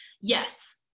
Yes